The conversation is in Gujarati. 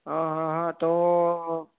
હં હં હં તો